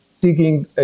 digging